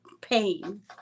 pain